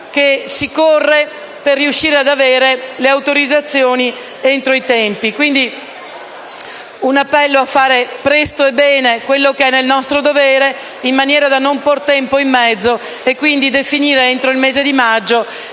la corsa per riuscire ad avere le autorizzazioni entro i tempi. Quindi, il mio è un appello a fare presto e bene quello che rientra nel nostro dovere, in maniera da non porre tempo in mezzo e per definire entro il mese di maggio